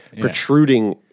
protruding